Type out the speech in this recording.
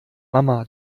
mama